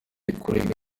kurega